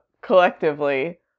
collectively